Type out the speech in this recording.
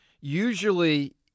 usually